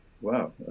wow